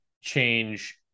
change